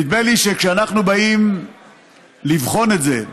נדמה לי שכשאנחנו באים לבחון את זה,